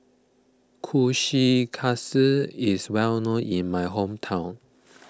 Kushikatsu is well known in my hometown